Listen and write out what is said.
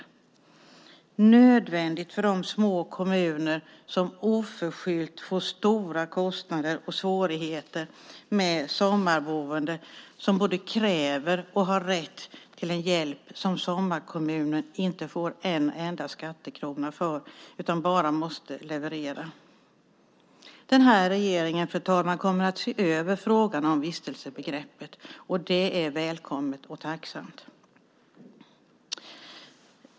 Att se över detta begrepp är nödvändigt för de små kommuner som oförskyllt får stora kostnader och svårigheter med sommarboende som både kräver och har rätt till en hjälp som sommarkommunen inte får en enda skattekrona för utan bara måste leverera. Den här regeringen, fru talman, kommer att se över frågan om vistelsebegreppet, och det är välkommet och tacknämligt.